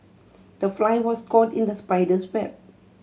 the fly was caught in the spider's web